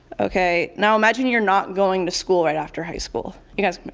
okay, now imagine you're not going to school right after high school. you guys